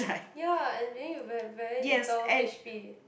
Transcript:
ya and being very very little h_p